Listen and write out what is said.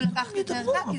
אפשר לעצום את העיניים, אבל